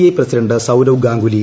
I president Sourav Ganguly